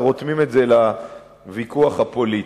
ורותמים את זה לוויכוח הפוליטי.